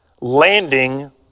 landing